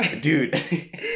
Dude